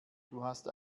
hast